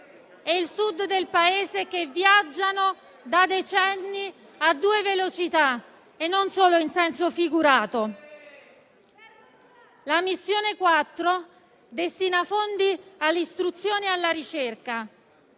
e il Sud del Paese, che viaggiano da decenni a due velocità e non solo in senso figurato. La missione 4 destina fondi all'istruzione e alla ricerca.